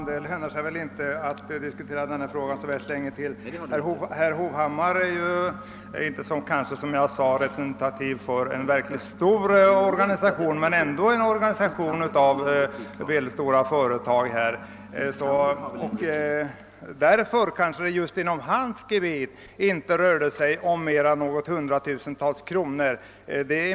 Herr talman! Det lönar sig inte att diskutera denna fråga så värst länge till. Herr Hovhammar är ju, som jag sade, inte representativ för en verkligt stor organisation, men han representerar ändå en organisation av medelstora företag. Därför är det mycket möjligt att det kanske inom hans gebit inte rörde sig om mer än något hundratusental kronor.